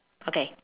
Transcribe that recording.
okay